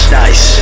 nice